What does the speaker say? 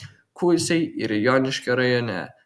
kuisiai yra joniškio rajone